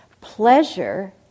Pleasure